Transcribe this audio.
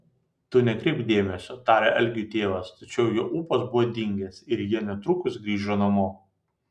tu nekreipk dėmesio tarė algiui tėvas tačiau jo ūpas buvo dingęs ir jie netrukus grįžo namo